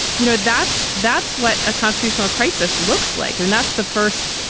you know that's that's what a constitutional crisis looks like. and that's the first.